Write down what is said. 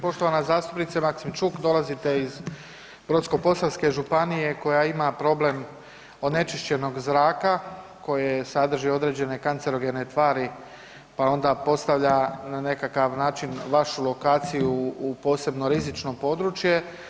Poštovana zastupnice Maksimčuk dolazite iz Brodsko-posavske županije koja ima problem onečišćenog zraka, koje sadrži određene kancerogene tvari, pa onda postavlja na nekakav način vašu lokaciju u posebno rizično područje.